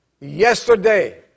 yesterday